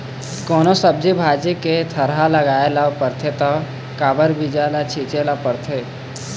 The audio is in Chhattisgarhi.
कोनो सब्जी भाजी के थरहा लगाए ल परथे त कखरा बीजा ल छिचे ल परथे